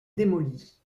démolie